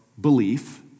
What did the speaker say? Belief